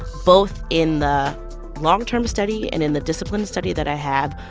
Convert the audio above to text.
both in the long-term study and in the discipline study that i have,